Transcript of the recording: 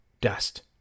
Dust